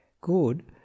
good